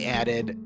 added